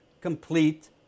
complete